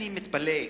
אני מתפלא,